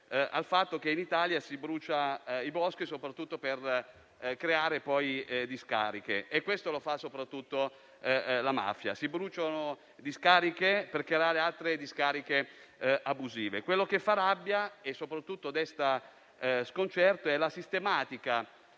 al fatto che in Italia si bruciano i boschi soprattutto per creare discariche. Questo lo fa principalmente la mafia. Si bruciano discariche per creare altre discariche abusive. Ciò che fa rabbia e desta sconcerto è la sistematica